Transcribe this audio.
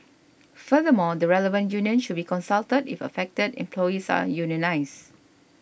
furthermore the relevant union should be consulted if affected employees are unionised